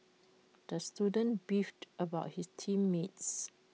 the student beefed about his team mates